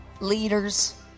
LEADERS